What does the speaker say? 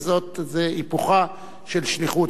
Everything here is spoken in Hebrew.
וזה היפוכה של שליחות.